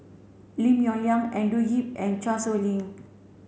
Lim Yong Liang Andrew Yip and Chan Sow Lin